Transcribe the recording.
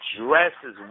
dresses